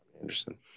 Anderson